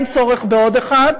אין צורך בעוד אחד.